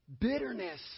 bitterness